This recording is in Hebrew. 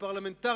ולפנות אליך,